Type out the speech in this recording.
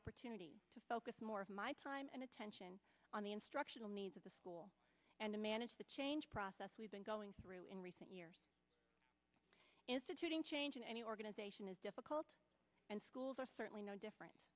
opportunity to focus more of my time and attention on the instructional needs of the school and to manage the change process we've been going through in recent years instituting change in any organization is difficult and schools are certainly no different